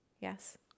yes